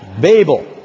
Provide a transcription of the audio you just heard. Babel